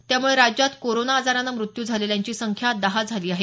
त्यामुळे राज्यात कोरोना आजारानं मृत्यू झालेल्यांची संख्या दहा झाली आहे